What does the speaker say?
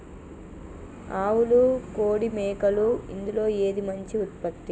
ఆవులు కోడి మేకలు ఇందులో ఏది మంచి ఉత్పత్తి?